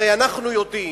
הרי אנחנו יודעים,